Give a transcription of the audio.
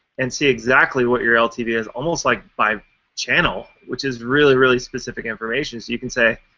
and see exactly what your ltv is, almost like by channel, which is really, really specific information. so you can say,